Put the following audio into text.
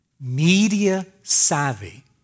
media-savvy